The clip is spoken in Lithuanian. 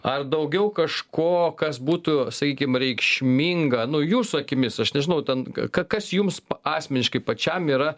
ar daugiau kažko kas būtų sakykim reikšminga nu jūsų akimis aš nežinau ten ka kas jums asmeniškai pačiam yra